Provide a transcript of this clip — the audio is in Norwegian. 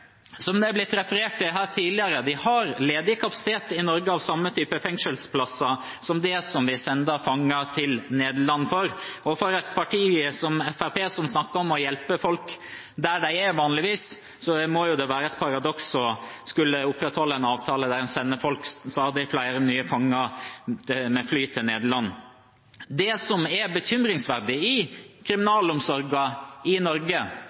Som det er blitt referert til her tidligere: Vi har ledig kapasitet i Norge – samme type fengselsplasser som dem vi sender fanger til i Nederland. Og for et parti som Fremskrittspartiet, som vanligvis snakker om å hjelpe folk der de er, må det være et paradoks å opprettholde en avtale om å sende stadig nye fanger med fly til Nederland. Det som er bekymringsfullt i kriminalomsorgen i Norge,